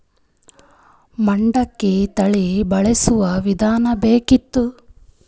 ಮಟಕಿ ತಳಿ ಬಳಸುವ ವಿಧಾನ ಬೇಕಿತ್ತು?